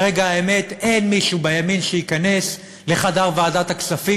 ברגע האמת אין מישהו בימין שייכנס לחדר ועדת הכספים,